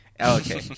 Okay